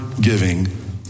giving